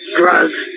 drugs